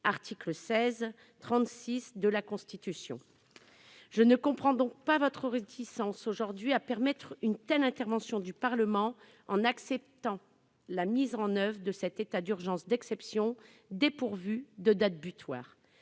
articles 16 et 36 de la Constitution. Je ne comprends donc ni votre réticence aujourd'hui à permettre une telle intervention du Parlement ni votre acceptation de la mise en oeuvre de cet état d'urgence d'exception dépourvu de date butoir.